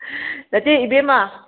ꯅꯠꯇꯦ ꯏꯕꯦꯝꯃ